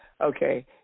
okay